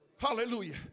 Hallelujah